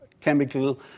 chemical